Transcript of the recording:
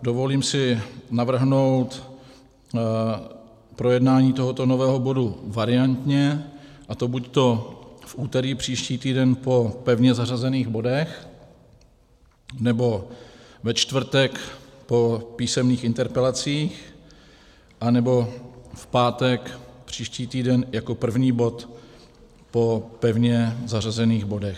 Dovolím si navrhnout projednání tohoto nového bodu variantně, a to buď v úterý příští týden po pevně zařazených bodech, nebo ve čtvrtek po písemných interpelacích, anebo v pátek příští týden jako první bod po pevně zařazených bodech.